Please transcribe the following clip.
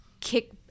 kick